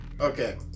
Okay